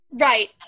Right